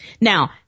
Now